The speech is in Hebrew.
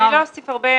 אני לא אוסיף הרבה.